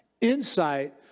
insight